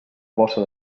bossa